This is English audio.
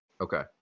Okay